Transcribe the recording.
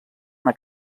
una